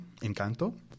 Encanto